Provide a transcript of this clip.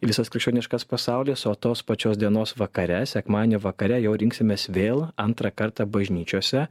visas krikščioniškas pasaulis o tos pačios dienos vakare sekmadienį vakare jau rinksimės vėl antrą kartą bažnyčiose